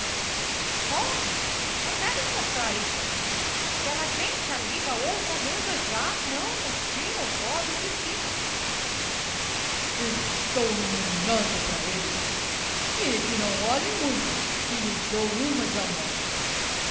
esconde não deves mostrar isso aqui aquela gente ali da outra mesa já não nos tira os olhos de cima estou me ninando pra eles e que não olhem muito que lhes dou uma de amostra